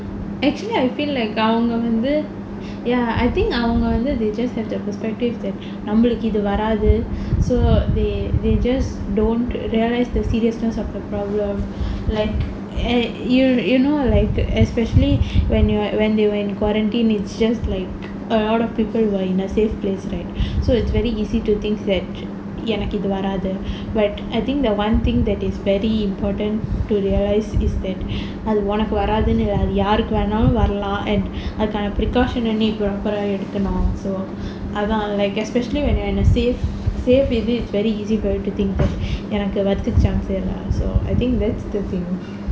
actually I feel like அவங்க வந்து:avanga vanthu ya I think அவங்க வந்து:avanga vanthu they just have the perspective that நம்பளுக்கு இது வராது:nambalukku ithu varaathu so they they just don't realise the seriousness of the problem like you you know like especially when you're when they were in quarantine it's just like a lot of people who are in a safe place right it's very easy to think that எனக்கு இது வராது:enakku ithu varaathu but I think the one thing that is very important to realise is that அது உனக்கு வராது~ அது யாருக்கு வேணும்னாலும் வரலாம்:athu unakku varaathu~ athu yaarukku venumnaalum varalaam and அதுக்கான:athukaana precaution proper ah எடுக்கணும்:edukkanum so அதான்:athaan like especially when you are in a saf~ so I think that's the thing